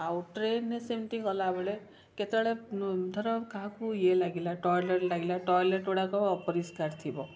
ଆଉ ଟ୍ରେନରେ ସେମିତି ଗଲାବେଳେ କେତେବେଳେ ଧର କାହାକୁ ଇଏ ଲାଗିଲା ଟଏଲେଟ୍ ଲାଗିଲା ଟଏଲେଟ୍ ଗୁଡ଼ାକ ଅପରିଷ୍କାର ଥିବ